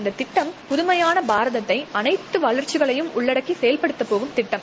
இந்த திட்டம் புதுமையான பாரதத்தை அனைத்து வளர்ச்சிகளையும் உள்ளடக்கி செயல்படுத்தப்படும் திட்டம்